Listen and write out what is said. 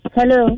Hello